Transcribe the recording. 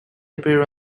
appear